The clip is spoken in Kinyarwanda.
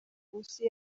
munsi